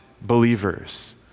believers